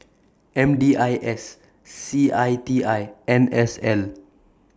M D I S C I T I N S L